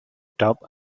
top